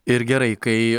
ir gerai kai